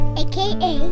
aka